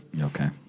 Okay